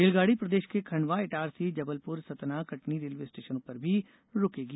रेलगाडी प्रदेश के खंडवा इटारसी जबलपुर सतना कटनी रेलवे स्टेशनों पर भी रूकेगी